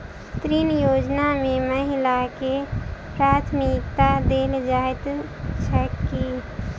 ऋण योजना मे महिलाकेँ प्राथमिकता देल जाइत छैक की?